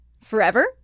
forever